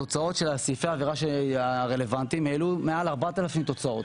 התוצאות של סעיפי העבירה הרלוונטיים העלו למעלה מ-4,000 תוצאות.